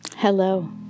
Hello